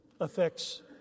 affects